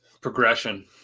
Progression